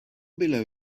below